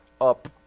up